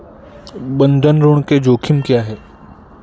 बंधक ऋण के जोखिम क्या हैं?